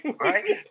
Right